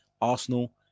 Arsenal